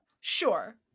sure